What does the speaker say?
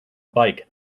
bike